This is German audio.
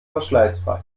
verschleißfrei